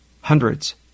Hundreds